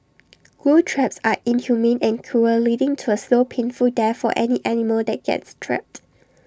glue traps are inhumane and cruel leading to A slow painful death for any animal that gets trapped